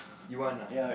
you want ah